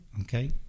Okay